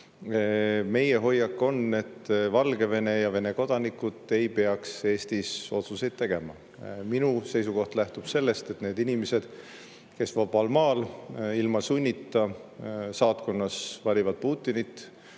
Meie hoiak on, et Valgevene ja Vene kodanikud ei peaks Eestis otsuseid tegema. Minu seisukoht lähtub sellest, et inimesed, kes vabal maal ilma sunnita valivad saatkonnas Putinit,